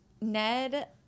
Ned